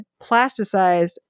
plasticized